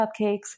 cupcakes